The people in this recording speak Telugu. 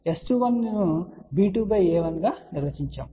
S21 ను b2a1 గా నిర్వచించారు